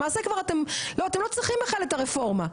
למעשה אתם כבר לא צריכים בכלל את הרפורמה,